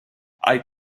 hay